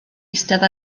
eistedd